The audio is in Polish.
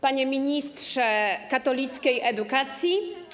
Panie Ministrze Katolickiej Edukacji!